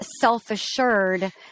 self-assured